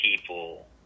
people